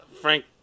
Frank